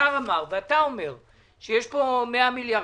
100 מיליארד.